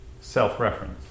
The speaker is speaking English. self-reference